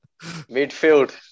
Midfield